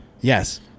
yes